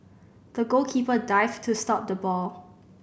the goalkeeper dived to stop the ball